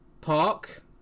Park